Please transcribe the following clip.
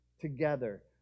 together